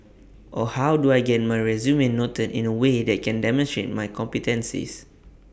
or how do I get my resume noted in A way that can demonstrate my competencies